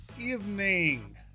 evening